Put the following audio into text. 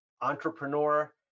entrepreneur